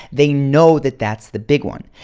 they know that that's the big one.